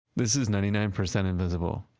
this is ninety nine percent invisible,